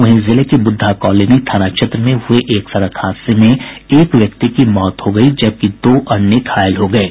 वहीं जिले के बुद्धा कॉलोनी थाना क्षेत्र में हुये एक सड़क हादसे में एक व्यक्ति की मौत हो गई जबकि दो अन्य घायल हो गये